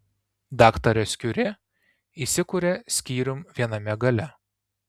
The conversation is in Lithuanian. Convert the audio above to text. daktaras kiuri įsikuria skyrium viename gale